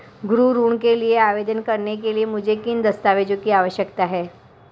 गृह ऋण के लिए आवेदन करने के लिए मुझे किन दस्तावेज़ों की आवश्यकता है?